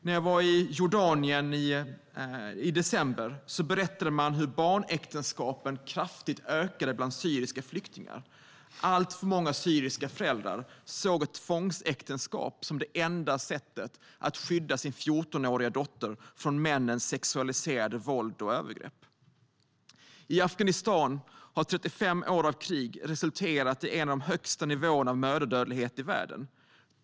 När jag var i Jordanien i december berättade man hur barnäktenskapen kraftigt ökade bland syriska flyktingar. Alltför många syriska föräldrar såg ett tvångsäktenskap som det enda sättet att skydda sin 14-åriga dotter från männens sexualiserade våld och övergrepp. I Afghanistan har 35 år av krig resulterat i en av de högsta nivåerna av mödradödlighet i världen.